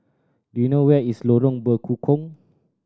do you know where is Lorong Bekukong